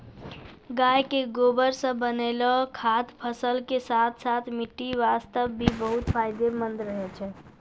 गाय के गोबर सॅ बनैलो खाद फसल के साथॅ साथॅ मिट्टी वास्तॅ भी बहुत फायदेमंद रहै छै